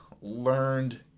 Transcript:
learned